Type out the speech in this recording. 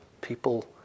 People